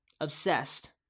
obsessed